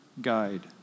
guide